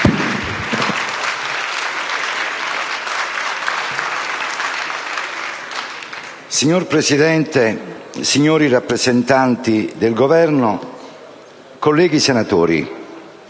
Signor Presidente, signori rappresentanti del Governo, colleghi senatori,